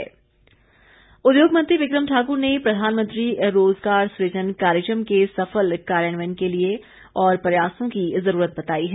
विक्रम ठाक्र उद्योग मंत्री विक्रम ठाकुर ने प्रधानमंत्री रोजगार सूजन कार्यक्रम के सफल कार्यान्वयन के लिए और प्रयासों की जरूरत बताई है